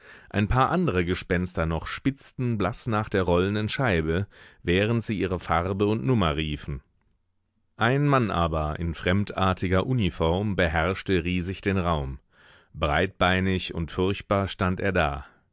ein paar andere gespenster noch spitzten blaß nach der rollenden scheibe während sie ihre farbe und nummer riefen ein mann aber in fremdartiger uniform beherrschte riesig den raum breitbeinig und furchtbar stand er da